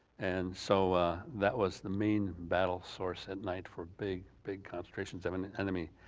and so that was the main battle source at night for big big concentrations of an enemy.